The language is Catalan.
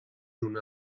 una